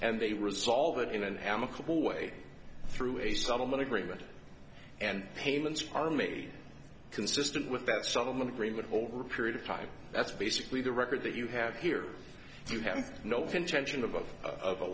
and they resolve it in an amicable way through a settlement agreement and payments are made consistent with that settlement agreement over a period of time that's basically the record that you have here if you have no intention of of